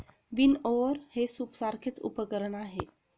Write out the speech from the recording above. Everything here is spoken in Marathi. विनओवर हे सूपसारखेच उपकरण आहे